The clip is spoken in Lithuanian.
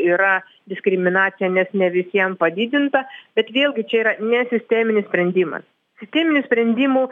yra diskriminacija nes ne visiem padidinta bet vėlgi čia yra ne sisteminis sprendimas sisteminių sprendimų